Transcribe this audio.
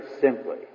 simply